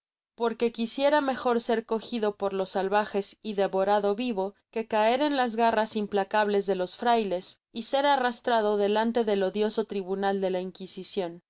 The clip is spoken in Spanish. porque quisiera mejor ser cogido por los salvajes y devorado vivo que caer en las garras implacables de los frailes y ser arrastrado delante del odioso tribunal da la inquisicion